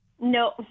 No